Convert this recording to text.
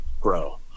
grow